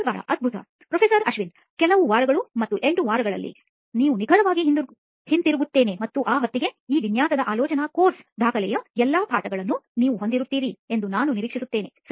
ಬಾಲಾಅದ್ಭುತ professor Ashwin ಕೆಲವು ವಾರಗಳು ಮತ್ತು 8 ವಾರಗಳಲ್ಲಿ ನಾನು ನಿಖರವಾಗಿ ಹಿಂತಿರುಗುತ್ತೇನೆ ಮತ್ತು ಆ ಹೊತ್ತಿಗೆ ಈ ವಿನ್ಯಾಸದ ಆಲೋಚನಾ ಕೋರ್ಸ್ ದಾಖಲೆಯ ಎಲ್ಲಾ ಪಾಠಗಳನ್ನು ನೀವು ಹೊಂದಿರುತ್ತೀರಿ ಎಂದು ನಾನು ನಿರೀಕ್ಷಿಸುತ್ತೇನೆ ಸರಿ